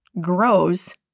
grows